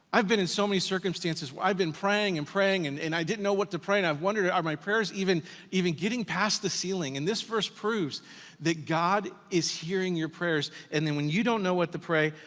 i've been in so many circumstances where i've praying and praying and and i didn't know what to pray and i've wondered, are my prayers even even getting past the ceiling? and this verse proves that god is hearing your prayers, and then when you don't know what to pray,